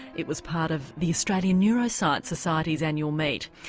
it was part of the australian neuroscience society's annual meet.